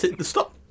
stop